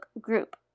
group